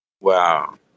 Wow